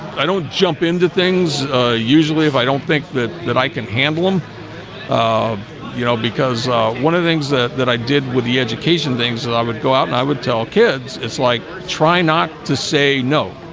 i don't jump into things usually if i don't think that that i can handle them um you know because one of the things that that i did with the education things that i would go out and i would tell kids it's like try not to say no